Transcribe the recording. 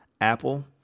Apple